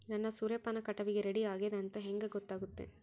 ನನ್ನ ಸೂರ್ಯಪಾನ ಕಟಾವಿಗೆ ರೆಡಿ ಆಗೇದ ಅಂತ ಹೆಂಗ ಗೊತ್ತಾಗುತ್ತೆ?